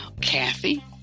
Kathy